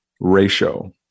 ratio